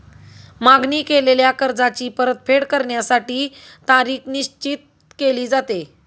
मागणी केलेल्या कर्जाची परतफेड करण्यासाठी तारीख निश्चित केली जाते